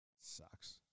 Sucks